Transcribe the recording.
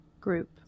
group